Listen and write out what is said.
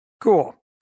Cool